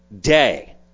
day